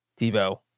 Debo